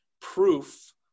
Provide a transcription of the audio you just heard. proof